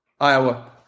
Iowa